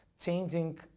changing